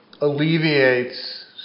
alleviates